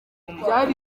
byari